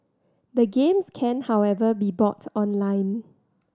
the games can however be bought online